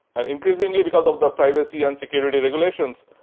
and increasingly because of the privacy and security regulations,